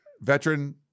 veteran